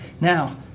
now